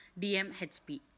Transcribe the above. DMHP